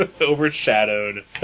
Overshadowed